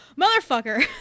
motherfucker